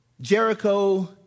Jericho